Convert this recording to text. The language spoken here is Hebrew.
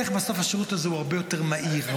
איך בסוף השירות הזה הוא הרבה יותר מהיר?